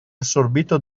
assorbito